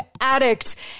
addict